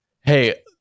Hey